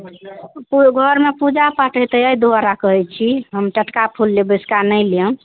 घरमे पूजा पाठ होयतै एहि दुआरे कहैत छी हम तऽ टटका फूल लेब बसिअका नहि लेब